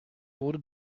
wurde